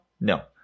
No